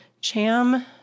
Cham